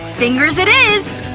fingers it is!